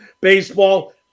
Baseball